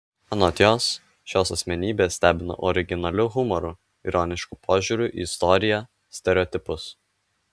anot jos šios asmenybės stebina originaliu humoru ironišku požiūriu į istoriją stereotipus